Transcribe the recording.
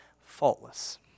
faultless